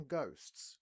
ghosts